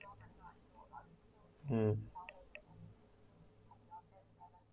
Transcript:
um